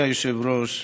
אדוני היושב-ראש,